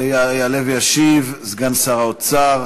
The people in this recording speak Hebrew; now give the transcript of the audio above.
יעלה וישיב סגן שר האוצר